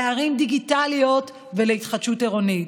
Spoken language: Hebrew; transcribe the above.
ערים דיגיטליות והתחדשות עירונית.